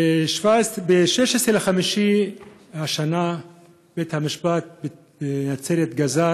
ב-16 במאי השנה בית-המשפט בנצרת גזר